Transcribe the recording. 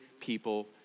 people